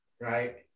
right